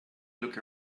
look